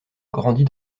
grandit